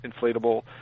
inflatable